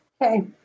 Okay